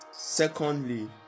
secondly